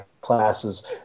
classes